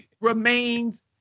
Remains